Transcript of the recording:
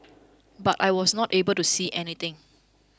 but I was not able to see anything